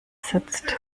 sitzt